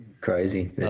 crazy